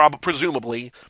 presumably